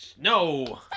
No